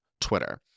Twitter